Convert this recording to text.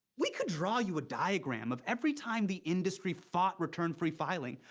we could draw you a diagram of every time the industry fought return-free filing.